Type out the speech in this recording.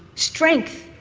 strength,